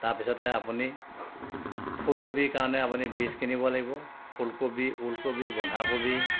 তাপিছতে আপুনি ফুলকবি কাৰণে আপুনি বীজ কিনিব লাগিব ফুলকবি ওলকবি বন্ধাকবি